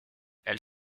elle